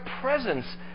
presence